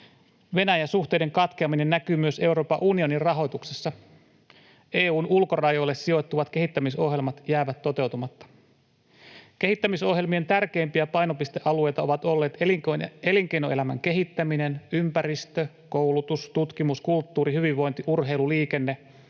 Venäjä-suhteiden katkeaminen näkyy myös Euroopan unionin rahoituksessa. EU:n ulkorajoille sijoittuvat kehittämisohjelmat jäävät toteutumatta. Kehittämisohjelmien tärkeimpiä painopistealueita ovat olleet elinkeinoelämän kehittäminen, ympäristö, koulutus, tutkimus, kulttuuri, hyvinvointi, urheilu, liikenne